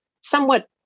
somewhat